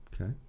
Okay